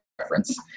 reference